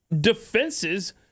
defenses